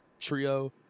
trio